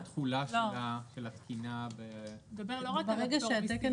גם מבחינת התחולה של התקינה ב --- הוא מדבר לא רק על הפטור מסימון,